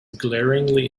glaringly